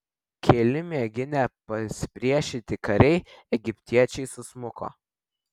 keli mėginę pasipriešinti kariai egiptiečiai susmuko